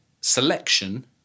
selection